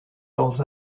dans